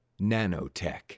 nanotech